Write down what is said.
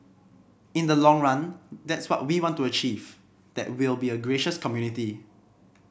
in the long run that's what we want to achieve that we'll be a gracious community